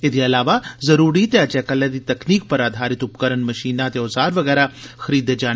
एदे इलावा जरुरी ते अज्जै कल्लै दी तकनीक पर आधारित उपकरण मशीनां ते ओजार बी खरीदे जान